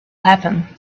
happen